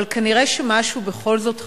אבל כנראה משהו בכל זאת חסר.